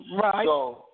Right